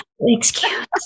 excuse